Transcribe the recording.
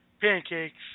pancakes